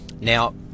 Now